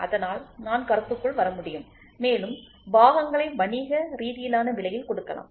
அதனால் நான் கருத்துக்குள் வர முடியும் மேலும் பாகங்ளை வணிக ரீதியிலான விலையில் கொடுக்கலாம்